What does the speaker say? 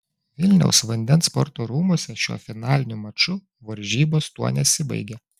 vilniaus vandens sporto rūmuose šiuo finaliniu maču varžybos tuo nesibaigė